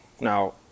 Now